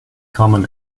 common